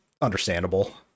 understandable